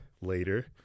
later